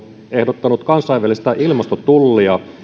ehdottanut kansainvälistä ilmastotullia